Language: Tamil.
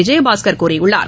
விஜயபாஸ்கர் கூறியுள்ளார்